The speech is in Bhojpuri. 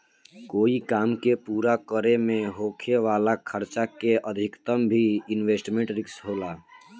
कोई काम के पूरा करे में होखे वाला खर्चा के अधिकता भी इन्वेस्टमेंट रिस्क होला